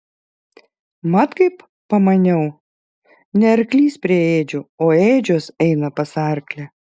mat kaip pamaniau ne arklys prie ėdžių o ėdžios eina pas arklį